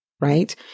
right